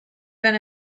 been